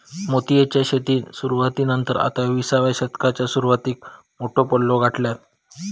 मोतीयेची शेतीन सुरवाती नंतर आता विसाव्या शतकाच्या सुरवातीक मोठो पल्लो गाठल्यान